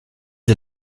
est